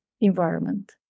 environment